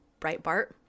Breitbart